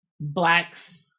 blacks